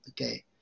Okay